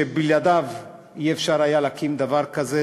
שבלעדיו לא היה אפשר להקים דבר כזה,